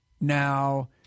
Now